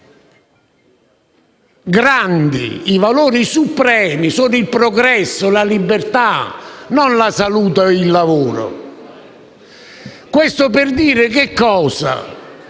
grandi, i valori supremi sono il progresso e la libertà, non la salute o il lavoro. Questo per dire che